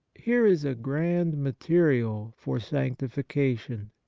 here is a grand material for sanctification.